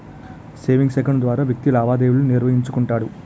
savings account ద్వారా వ్యక్తి లావాదేవీలు నిర్వహించుకుంటాడు